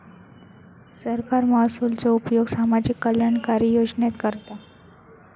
सरकार महसुलाचो उपयोग सामाजिक कल्याणकारी योजनेत करता